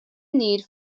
need